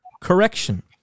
Correction